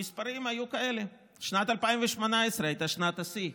המספרים היו כאלה: שנת 2018 הייתה שנת השיא,